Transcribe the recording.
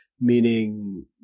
meaning